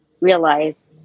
realize